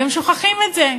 והם שוכחים את זה,